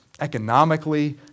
economically